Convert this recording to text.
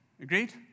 Agreed